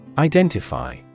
Identify